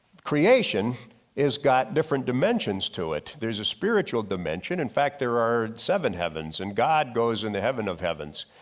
creation is got different dimensions to it. there's a spiritual dimension. in fact there are seven heavens and god goes into heaven of heavens.